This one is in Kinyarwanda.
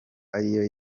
ariyo